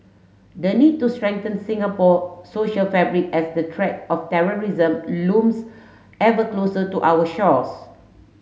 the need to strengthen Singapore social fabric as the threat of terrorism looms ever closer to our shores